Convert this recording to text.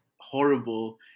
horrible